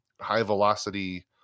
high-velocity